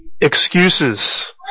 excuses